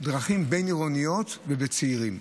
בדרכים בין-עירוניות ובצעירים.